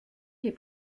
les